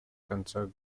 конца